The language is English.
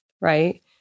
right